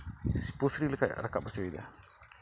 ᱯᱩᱥᱨᱤ ᱞᱮᱠᱟᱭ ᱨᱟᱠᱟᱵ ᱦᱚᱪᱚᱭᱮᱫᱟ